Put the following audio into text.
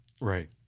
Right